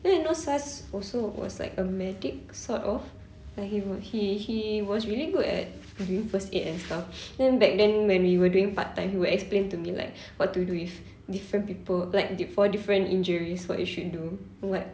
then you know saz also was like a medic sort of like he wa~ he he was really good at doing first aid and stuff then back then when we were doing part time he will explain to me like what to do with different people like d~ for different injuries what you should do what